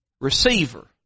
receiver